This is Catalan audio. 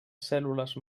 cèl·lules